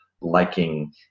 liking